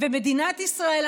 ומדינת ישראל,